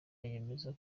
yemeza